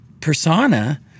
persona